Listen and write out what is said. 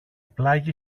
πλάγι